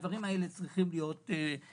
הדברים האלה צריכים להיות מוסדרים.